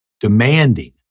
demanding